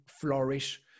flourish